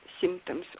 symptoms